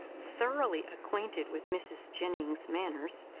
thoroughly acquainted with mrs. jennings' manners,